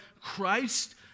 Christ